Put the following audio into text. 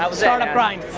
um startup grind.